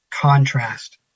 contrast